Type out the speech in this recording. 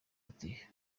ati